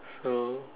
so